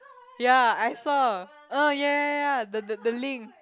ya I saw oh ya ya ya the the link